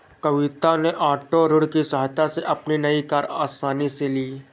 कविता ने ओटो ऋण की सहायता से अपनी नई कार आसानी से ली